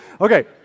Okay